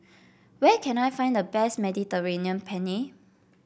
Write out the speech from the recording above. where can I find the best Mediterranean Penne